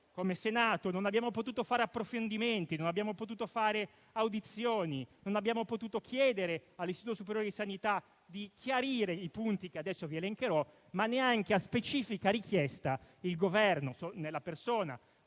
come senatori, non abbiamo potuto fare approfondimenti, non abbiamo potuto svolgere audizioni, non abbiamo potuto chiedere all'Istituto superiore di sanità di chiarire i punti che adesso vi elencherò, ma, neanche a specifica richiesta, il Governo, nella persona